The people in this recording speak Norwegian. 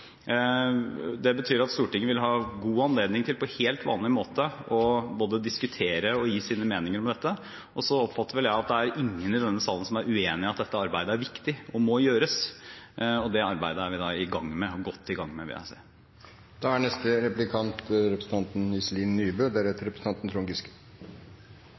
Det betyr at Stortinget vil ha god anledning til på helt vanlig måte både å diskutere og gi sine meninger om dette. Så oppfatter vel jeg at det er ingen i denne salen som er uenig i at dette arbeidet er viktig og må gjøres, og det arbeidet er vi godt i gang med, vil jeg si. Jeg registrerer at statsråden er